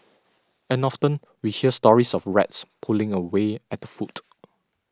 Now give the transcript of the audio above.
and often we hear stories of rats pulling away at the food